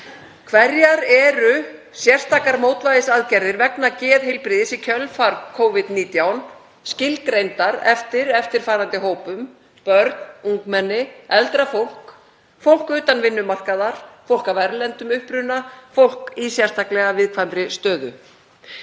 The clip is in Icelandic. Hverjar eru sérstakar mótvægisaðgerðir vegna geðheilbrigðis í kjölfar Covid-19, skilgreindar eftir eftirfarandi hópum: Börn, ungmenni, eldra fólk utan vinnumarkaðar, fólk af erlendum uppruna, fólk í sérstaklega viðkvæmri stöðu?